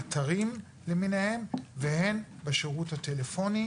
אתרים למיניהם, והן בשירות הטלפוני.